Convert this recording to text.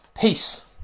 Peace